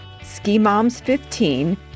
SKIMOMS15